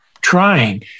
trying